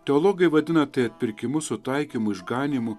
teologai vadina tai atpirkimu sutaikymu išganymu